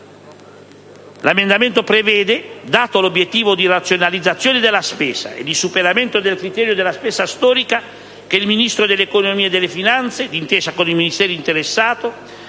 L'emendamento prevede, dato l'obiettivo di razionalizzazione della spesa e di superamento del criterio della spesa storica, che il Ministro dell'economia e delle finanze, d'intesa con i Ministeri interessati,